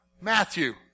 Matthew